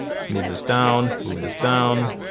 let's move this down, move this down.